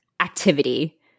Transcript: activity